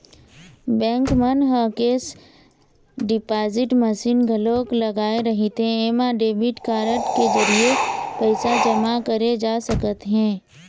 bank मन ह cash deposit machine घलोक लगाए रहिथे एमा डेबिट कारड के जरिए पइसा जमा करे जा सकत हे